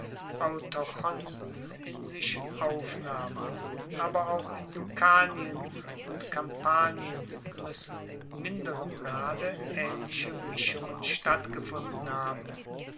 autochthonen in sich aufnahmen aber auch in lucanien und kampanien muessen in minderem grade aehnliche mischungen stattgefunden haben